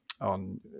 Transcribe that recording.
on